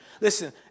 Listen